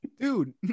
Dude